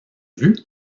vue